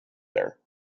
there